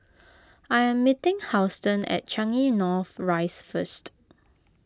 I am meeting Houston at Changi North Rise first